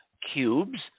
cubes